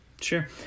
Sure